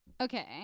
Okay